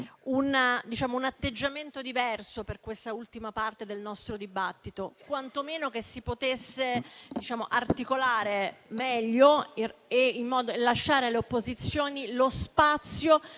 un atteggiamento diverso per questa ultima parte del nostro dibattito, quantomeno che si potesse articolare meglio e lasciare alle opposizioni lo spazio